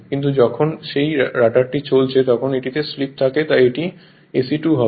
কিন্তু যখন সেই রটারটি চলছে তখন এটিতে স্লিপ থাকে তাই এটি SE2 হবে